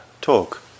talk